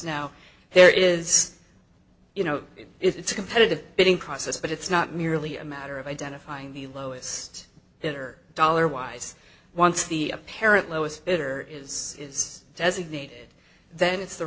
now there is you know it's a competitive bidding process but it's not merely a matter of identifying the lowest bidder dollar wise once the apparent lowest bidder is designated then it's the